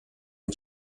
and